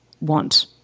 want